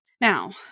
Now